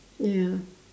ya